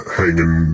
hanging